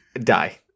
die